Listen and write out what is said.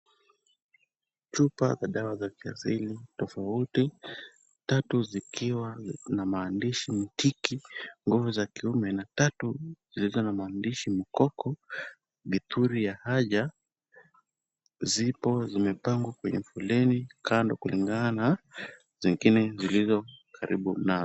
Chupa za dawa za kiasili tofauti, tatu zikiwa na maandishi Mtiki nguvu za kiume na tatu zilizo na maandishi mkoko mithuli ya haja, zipo zimepangwa kwenye foleni kando kulingana na zingine zilizo karibu nazo.